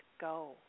go